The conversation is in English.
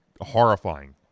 horrifying